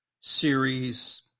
series